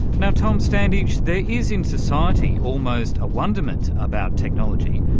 you know tom standage, there is in society almost a wonderment about technology,